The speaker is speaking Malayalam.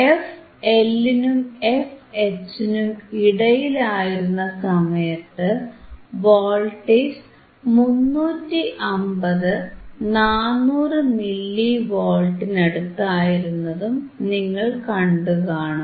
fL നും fH നും ഇടയിലായിരുന്ന സമയത്ത് വോൾട്ടേജ് 350 400 മില്ലി വോൾട്ടിനടുത്ത് ആയിരുന്നതും നിങ്ങൾ കണ്ടുകാണും